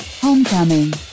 Homecoming